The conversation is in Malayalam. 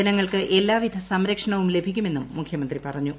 ജനങ്ങൾക്ക് എല്ലാവിധ വേ സംരക്ഷണവും ലഭിക്കുമെന്നും മുഖ്യമന്ത്രി പറഞ്ഞു